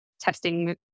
testing